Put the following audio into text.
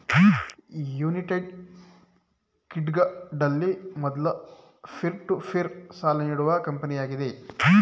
United ಕಿಂಗ್ಡಂನಲ್ಲಿ ಮೊದ್ಲ peer to peer ಸಾಲ ನೀಡುವ ಕಂಪನಿಯಾಗಿದೆ